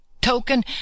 token